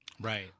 Right